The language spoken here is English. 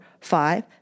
five